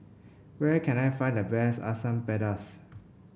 where can I find the best Asam Pedas